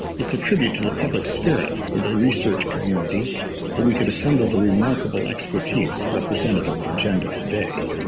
it's a tribute to the public spirit of the research community that we could assemble the remarkable expertise represented on the agenda today.